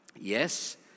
Yes